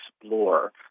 explore